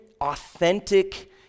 authentic